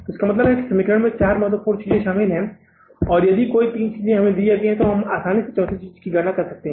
इसका मतलब है कि इस समीकरण में चार महत्वपूर्ण चीजें शामिल हैं और यदि कोई तीन चीजें हमें दी जाती हैं तो हम आसानी से चौथी चीजों की गणना कर सकते हैं